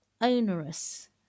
onerous